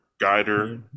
guider